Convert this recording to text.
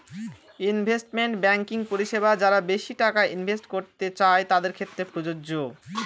investment banking পরিষেবা যারা বেশি টাকা ইনভেস্ট করতে চাই তাদের ক্ষেত্রে প্রযোজ্য